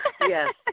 Yes